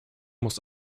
muss